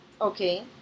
Okay